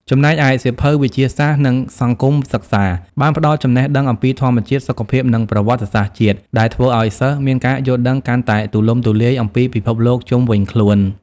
ចំណែកឯសៀវភៅ វិទ្យាសាស្ត្រ និង សង្គមសិក្សា បានផ្ដល់ចំណេះដឹងអំពីធម្មជាតិ សុខភាព និងប្រវត្តិសាស្ត្រជាតិ ដែលធ្វើឱ្យសិស្សមានការយល់ដឹងកាន់តែទូលំទូលាយអំពីពិភពលោកជុំវិញខ្លួន។